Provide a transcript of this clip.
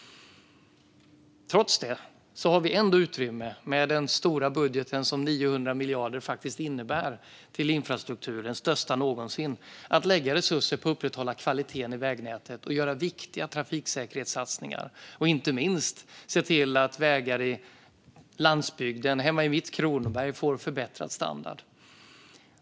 Trots detta har vi utrymme med den stora budgeten på 900 miljarder till infrastrukturen, den största någonsin, att lägga resurser på att upprätthålla kvaliteten i vägnätet, göra viktiga trafiksäkerhetssatsningar och, inte minst, se till att vägar på landsbygden - hemma i mitt Kronoberg - får förbättrad standard.